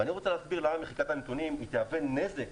ואני רוצה להסביר למה מחיקת הנתונים תהווה נזק,